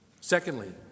Secondly